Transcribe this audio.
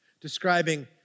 Describing